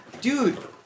Dude